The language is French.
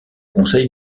conseil